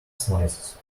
slices